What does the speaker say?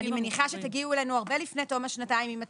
אני מניחה שתגיעו אלינו הרבה לפני תום השנתיים עם התקנות.